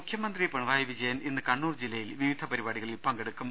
മുഖ്യമന്ത്രി പിണറായി വിജയൻ ഇന്ന് കണ്ണൂർ ജില്ലയിൽ വിവിധ പരിപാടികളിൽ പങ്കെടുക്കും